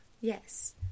Yes